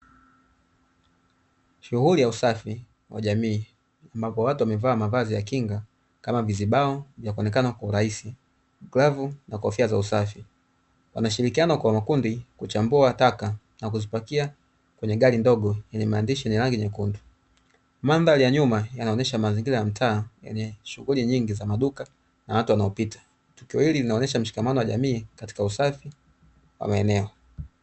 Shughuli ya usafi wa jamii ambapo watu wamevaa mavazi ya kinga kama: vizibao vya kuonekana kwa urahisi, glavu na kofia za usafi. Wanashirikiana kwa makundi kuchambua taka na kuzipakia kwenye gari ndogo yenye maandishi yenye rangi nyekundu. Mandhari ya nyuma yanaonyesha mazingira ya mtaa yenye shughuli nyingi za maduka na watu wanaopita. Tukio hili linaonyesha mshikamano wa jamii katika usafi wa maeneo.